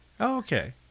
Okay